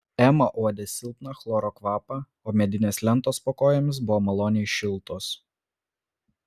ema uodė silpną chloro kvapą o medinės lentos po kojomis buvo maloniai šiltos